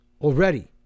already